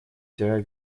тебя